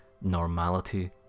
normality